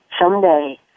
someday